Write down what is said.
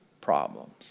problems